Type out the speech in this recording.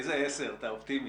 איזה 10:00, אתה אופטימי.